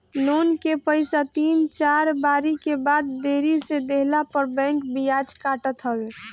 loan के पईसा तीन चार बारी के बाद देरी से देहला पअ बैंक बियाज काटत हवे